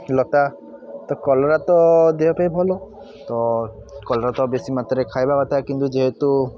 ଲତା ତ କଲରା ତ ଦେହ ପାଇଁ ଭଲ ତ କଲରା ତ ବେଶୀ ମାତ୍ରାରେ ଖାଇବା କଥା କିନ୍ତୁ ଯେହେତୁ